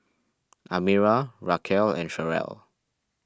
Amira Racquel and Cherelle